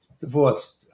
divorced